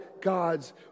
God's